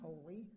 holy